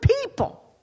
people